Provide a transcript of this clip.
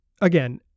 again